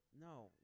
No